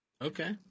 Okay